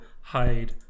hide